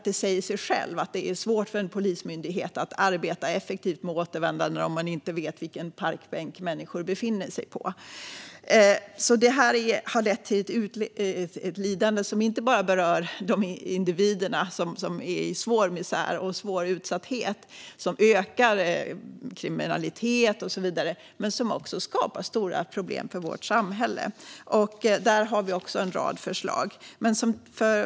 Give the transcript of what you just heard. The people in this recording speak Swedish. Det säger sig självt att det är svårt för en polismyndighet att arbeta effektivt med återvändande om man inte vet vilken parkbänk som människor befinner sig på. Det har lett till ett lidande som berör inte bara de individer som lever i svår misär och svår utsatthet. Det har också lett till ökad kriminalitet och så vidare och skapar stora problem för vårt samhälle. Där har vi också en rad förslag. Fru talman!